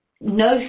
no